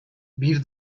bir